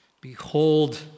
Behold